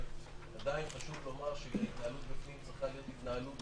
אבל עדיין חשוב מאוד שההתנהלות בפנים תהיה התנהלות